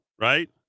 right